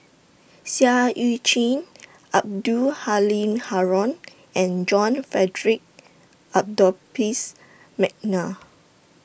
Seah EU Chin Abdul Halim Haron and John Frederick Adore Piss Mcnair